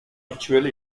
habituelle